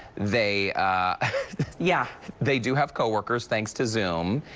they yeah they do have coworkers thanks to zoom.